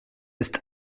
ist